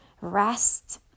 rest